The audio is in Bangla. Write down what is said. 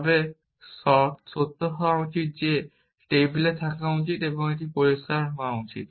তবে এটি সত্য হওয়া উচিত যে এটি টেবিলে থাকা উচিত এবং এটি পরিষ্কার হওয়া উচিত